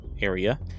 area